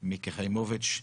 מיקי חיימוביץ',